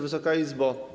Wysoka Izbo!